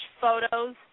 photos